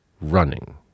running